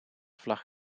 vlag